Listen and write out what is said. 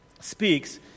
speaks